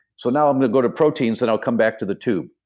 so now, i'm going to go to proteins, and i'll come back to the tube.